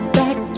back